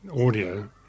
audio